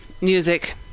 music